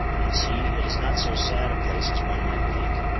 and see, it is not so sad a place as one might think.